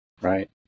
right